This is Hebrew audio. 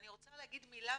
אני רוצה להגיד מילה,